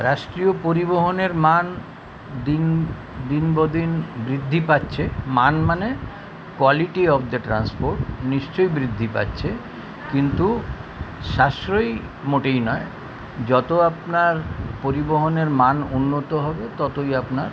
রাষ্ট্রীয় পরিবহনের মান দিন দিন ব দিন বৃদ্ধি পাচ্ছে মান মানে কোয়ালিটি অফ দা ট্রান্সপোর্ট নিশ্চই বৃদ্ধি পাচ্ছে কিন্তু সাশ্রয়ী মোটেই নয় যতো আপনার পরিবহনের মান উন্নত হবে ততই আপনার